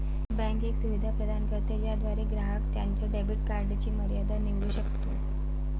bank एक सुविधा प्रदान करते ज्याद्वारे ग्राहक त्याच्या डेबिट कार्डची मर्यादा निवडू शकतो